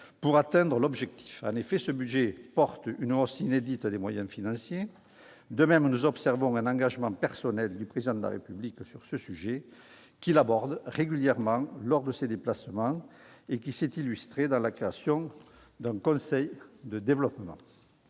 pour atteindre l'objectif. En effet, ce budget porte une hausse inédite des moyens financiers. De même, nous observons un engagement personnel du Président de la République sur ce sujet, qu'il aborde régulièrement lors de ses déplacements et qui s'est illustré dans la création d'un « conseil de développement